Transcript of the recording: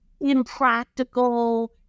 impractical